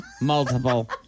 Multiple